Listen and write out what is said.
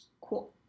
cool